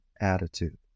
attitude